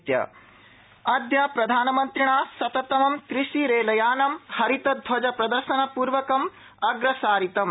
प्रधानमंत्री किसान रेल अद्य प्रधानमन्त्रिणा शततमं कृषिरेलयानं हरितध्वजप्रदर्शनपूर्वकं अग्रसारितम्